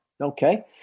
Okay